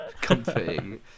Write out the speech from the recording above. Comforting